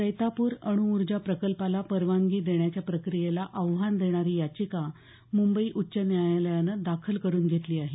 जैतापूर अणुऊर्जा प्रकल्पाला परवानगी देण्याच्या प्रक्रियेला आव्हान देणारी याचिका मुंबई उच्च न्यायालयानं दाखल करून घेतली आहे